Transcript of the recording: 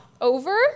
over